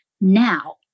now